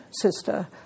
sister